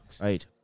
Right